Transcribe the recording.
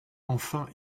enfin